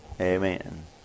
Amen